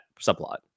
subplot